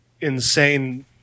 insane